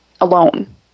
alone